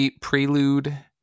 prelude